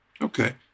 Okay